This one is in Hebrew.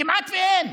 כמעט ואין.